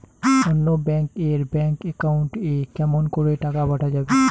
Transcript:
অন্য ব্যাংক এর bank account এ কেমন করে টাকা পাঠা যাবে?